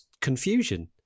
confusion